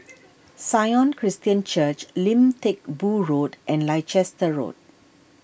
Sion Christian Church Lim Teck Boo Road and Leicester Road